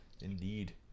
indeed